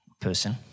person